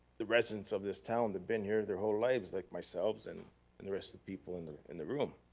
the residents of this town that've been here their whole lives like myself and and the rest of the people in the in the room.